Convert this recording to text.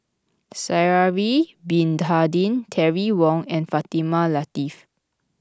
Sha'ari Bin Tadin Terry Wong and Fatimah Lateef